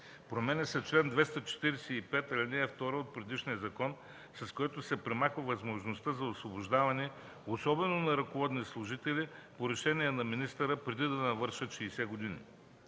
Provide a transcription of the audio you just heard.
Променя се чл. 245, ал. 2 от предишния закон, с който се премахва възможността за освобождаване, особено на ръководни служители, по решение на министъра, преди да навършат 60 години.